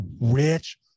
rich